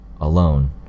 alone